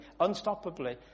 unstoppably